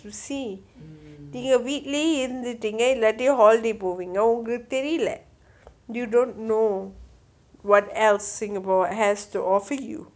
to see நீங்க வீட்டுலே இருந்துடிங்க இல்லாட்டி:nenga veetule irunthuteenga illatti holidays போவிங்க உங்களுக்கு தெரில:povingga ungalukku terila you don't know what else in singapore has to offer you